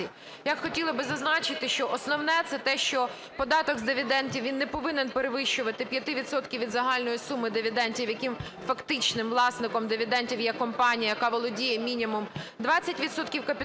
Я хотіла би зазначити, що основне – це те, що податок з дивідендів, він не повинен перевищувати 5 відсотків від загальної суми дивідендів, яким фактичним власником дивідендів є компанія, яка володіє мінімум 20 відсотків